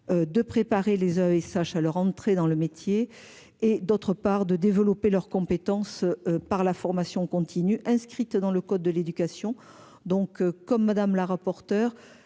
De préparer les ESH à leur entrée dans le métier et d'autre part de développer leurs compétences. Par la formation continue, inscrite dans le code de l'éducation. Donc comme Madame la rapporteure.